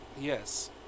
yes